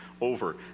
over